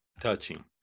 touching